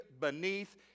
beneath